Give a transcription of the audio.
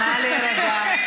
נא להירגע.